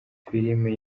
filimi